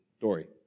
Dory